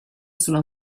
sulla